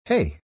Hey